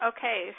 Okay